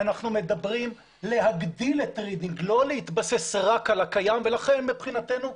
אנחנו מדברים על הגדלת רידינג ולא להתבסס רק על הקיים ולכן מבחינתנו,